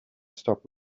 stop